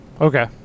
okay